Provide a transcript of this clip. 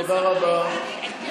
תודה רבה.